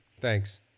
Thanks